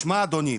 תשמע אדוני,